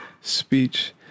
speech